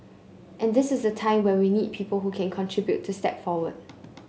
and this is a time when we need people who can contribute to step forward